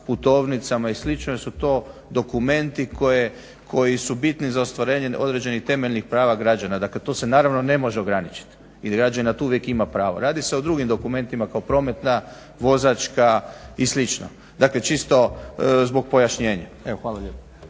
putovnicama i slično jer su to dokumenti koji su bitni za ostvarenje određenih temeljnih prava građana. Dakle to se naravno ne može ograničiti. I na to građanin uvijek ima pravo. Radi se o drugim dokumentima kao prometna, vozačka i slično. Dakle čisto zbog pojašnjenja.